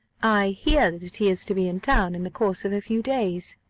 i hear that he is to be in town in the course of a few days.